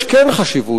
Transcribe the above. יש כן חשיבות,